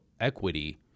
equity